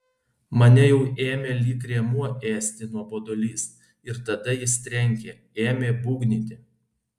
mane jau ėmė lyg rėmuo ėsti nuobodulys ir tada jis trenkė ėmė būgnyti